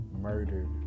murdered